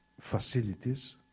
facilities